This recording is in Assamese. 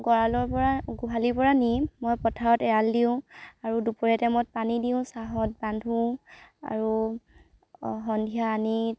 গঁড়ালৰ পৰা গোহালিৰ পৰা নি মই পথাৰত এৰাল দিওঁ আৰু দুপৰীয়া টাইমত পানী দিওঁ ছাঁহত বান্ধো আৰু সন্ধিয়া আনি